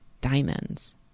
diamonds